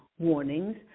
Warnings